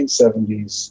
1970s